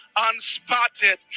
unspotted